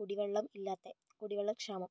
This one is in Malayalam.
കുടിവെള്ളം ഇല്ലാത്തെ കുടിവെള്ളക്ഷാമം